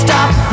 Stop